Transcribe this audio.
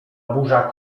burza